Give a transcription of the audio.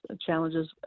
challenges